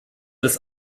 des